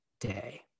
day